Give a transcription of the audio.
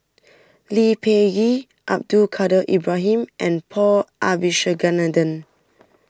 Lee Peh Gee Abdul Kadir Ibrahim and Paul Abisheganaden